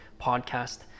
podcast